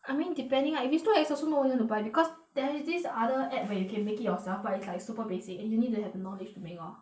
I mean depending lah if it's too ex also nobody want to buy because there is this other app where you can make it yourself but it's like super basic and you need to have knowledge to make lor